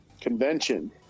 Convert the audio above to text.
convention